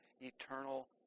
eternal